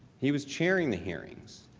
he was chairing the hearings.